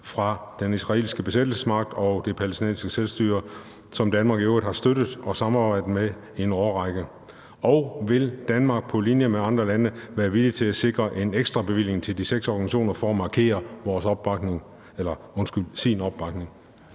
fra den israelske besættelsesmagt og Det Palæstinensiske Selvstyre, som Danmark i øvrigt har støttet og samarbejdet med en årrække, og vil Danmark på linje med andre lande være villig til at sikre en ekstrabevilling til de seks organisationer for at markere sin opbakning? Formanden (Henrik